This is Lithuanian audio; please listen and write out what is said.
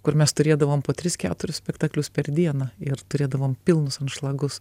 kur mes turėdavom po tris keturis spektaklius per dieną ir turėdavom pilnus anšlagus